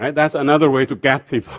and that's another way to get people.